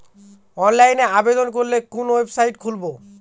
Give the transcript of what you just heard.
অনলাইনে আবেদন করলে কোন ওয়েবসাইট খুলব?